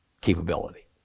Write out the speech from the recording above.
capability